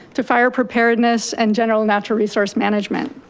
to fire preparedness and general natural resource management.